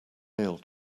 meal